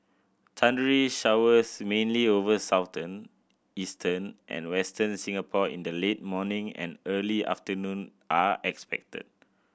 thundery showers mainly over Southern Eastern and Western Singapore in the late morning and early afternoon are expected